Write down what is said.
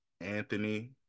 anthony